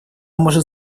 может